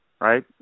right